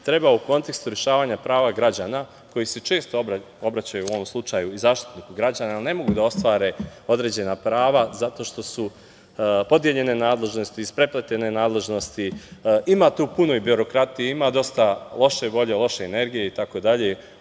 trebao u kontekstu rešavanja prava građana koji se često obraćaju, u ovom slučaju, i Zaštitniku građana, jer ne mogu da ostvare određena prava zato što su podeljene nadležnosti, isprepletene nadležnosti. Ima tu puno birokratije. Ima dosta loše volje, loše energije itd.